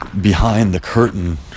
behind-the-curtain